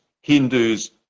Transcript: Hindus